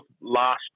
last